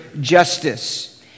justice